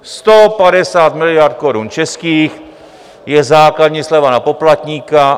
150 miliard korun českých je základní sleva na poplatníka.